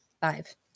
Five